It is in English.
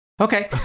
Okay